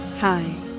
Hi